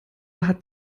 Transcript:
hat